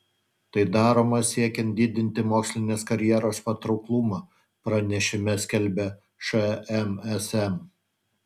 tai daroma siekiant didinti mokslinės karjeros patrauklumą pranešime skelbia šmsm